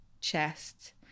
chest